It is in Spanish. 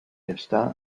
está